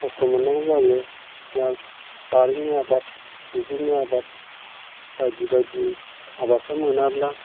खस्थ' मोननांगौ जायो जाहा बारिनि आबाद दुब्लिनि आबाद बायदि बायदि आबादफोर मोनाब्ला